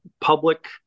public